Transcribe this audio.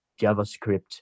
JavaScript